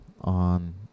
on